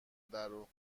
درو